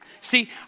See